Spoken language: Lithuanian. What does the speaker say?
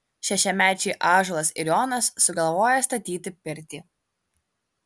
šešiamečiai ąžuolas ir jonas sugalvoja statyti pirtį